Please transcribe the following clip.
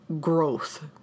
growth